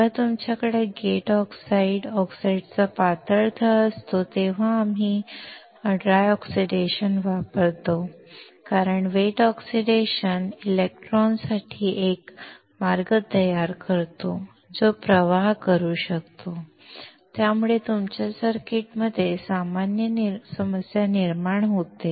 जेव्हा तुमच्याकडे gate oxide ऑक्साईडचा पातळ थर असतो तेव्हा आम्ही ऑक्सिडेशन वापरतो कारण वेट ऑक्सिडेशन इलेक्ट्रॉनसाठी एक मार्ग तयार करतो जो प्रवाह करू शकतो ज्यामुळे तुमच्या सर्किटमध्ये समस्या निर्माण होते